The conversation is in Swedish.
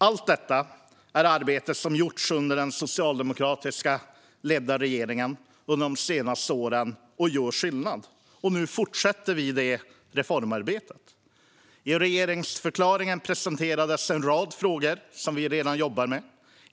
Allt detta är arbete som gjorts under den socialdemokratiskt ledda regeringen under de senaste åren, och det gör skillnad. Nu fortsätter vi reformarbetet. I regeringsförklaringen presenterades en rad frågor som vi redan jobbar med.